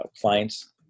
clients